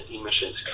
emissions